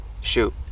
shoot